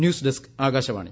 news desk Akashvani